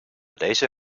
deze